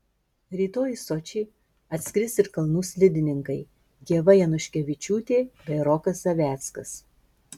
rytoj į sočį atskris ir kalnų slidininkai ieva januškevičiūtė bei rokas zaveckas